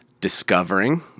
discovering